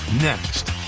next